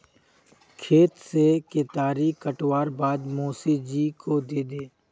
खेत से केतारी काटवार बाद मोसी जी को दे दे